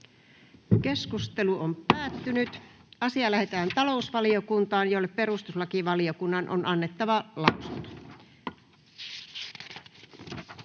ehdottaa, että asia lähetetään talousvaliokuntaan, jolle perustuslakivaliokunnan on annettava lausunto.